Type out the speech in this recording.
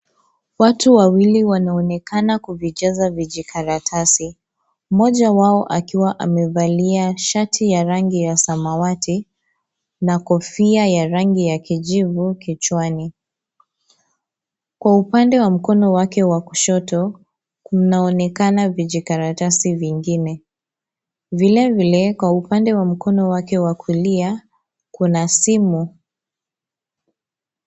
Watu wawili wanaonekana kuvicheza vijikaratasi. Mmoja wao akiwa amevalia shati ya rangi ya samwati na kofia ya rangi ya kijivu kichwani. Kwa upande wa mkono wake wa kushoto kunaonekana vijikaratasi vingine vilevile kwa upande wa mkono wake wa kulia kuna simu.